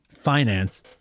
Finance